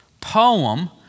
poem